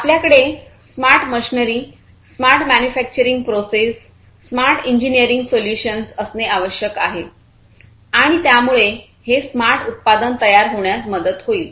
आपल्याकडे smart machinery smart manufacturing process smart engineering solutions असणे आवश्यक आहे आणि त्यामुळे हे स्मार्ट उत्पादन तयार होण्यास मदत होईल